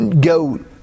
go